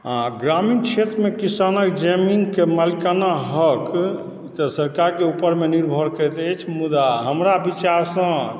हँ ग्रामीण क्षेत्रमे किसानक जमीनके मालिकाना हक ई तऽ सरकारके उपर निर्भर करैत अछि मुदा हमरा विचारसँ